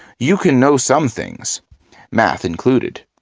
you can know some things math included.